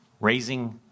raising